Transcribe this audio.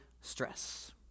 stress